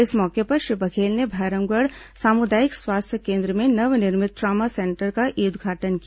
इस मौके पर श्री बघेल ने भैरमगढ़ सामुदायिक स्वास्थ्य केन्द्र में नवनिर्मित ट्रामा सेंटर का ई उद्घाटन किया